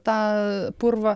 tą purvą